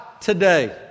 today